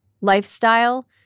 lifestyle